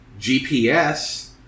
GPS